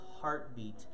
heartbeat